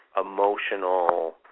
Emotional